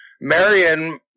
Marion